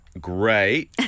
Great